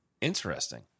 interesting